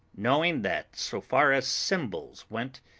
knowing that so far as symbols went,